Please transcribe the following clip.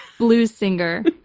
blues singer,